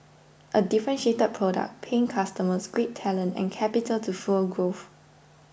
a differentiated product paying customers great talent and capital to fuel growth